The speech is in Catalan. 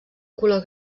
color